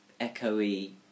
echoey